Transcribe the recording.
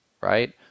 right